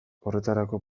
horretarako